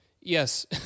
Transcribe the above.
Yes